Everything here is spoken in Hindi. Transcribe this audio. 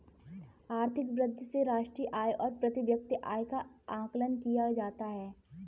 आर्थिक वृद्धि से राष्ट्रीय आय और प्रति व्यक्ति आय का आकलन किया जाता है